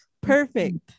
perfect